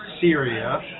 Syria